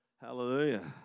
Hallelujah